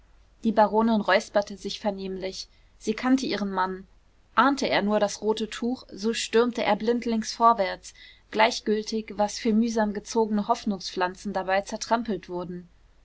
die baronin räusperte sich vernehmlich sie kannte ihren mann ahnte er nur das rote tuch so stürmte er blindlings vorwärts gleichgültig was für mühsam gezogene hoffnungspflanzen dabei zertrampelt wurden